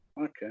Okay